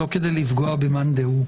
לא כדי לפגוע במאן דהוא.